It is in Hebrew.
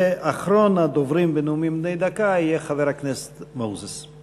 ואחרון הדוברים בנאומים בני דקה יהיה חבר הכנסת מוזס.